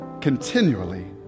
continually